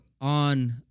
on